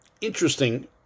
interesting